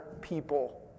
people